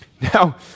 Now